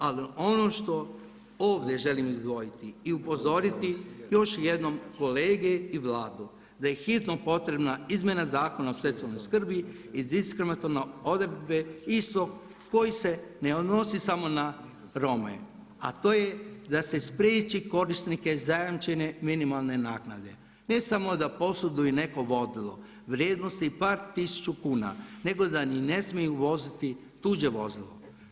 Ali ono što ovdje želim izdvojiti i upozoriti još jednom kolege i Vladu da je hitno potrebna izmjena Zakona o socijalnoj skrbi i diskriminatorne odredbe istog koji se ne odnosi samo na Rome, a to je da se spriječi korisnike zajamčene minimalne naknade ne samo da posjeduju i neko vozilo vrijednosti i par tisuća kuna, nego da niti ne smiju voziti tuđe vozilo.